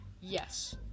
Yes